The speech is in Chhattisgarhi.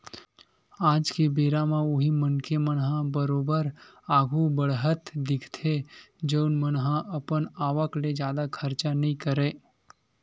आज के बेरा म उही मनखे मन ह बरोबर आघु बड़हत दिखथे जउन मन ह अपन आवक ले जादा खरचा नइ करय